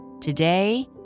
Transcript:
Today